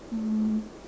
um